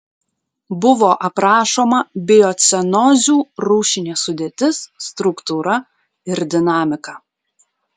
buvo aprašoma biocenozių rūšinė sudėtis struktūra ir dinamika